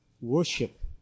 worship